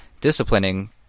disciplining